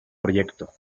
proyecto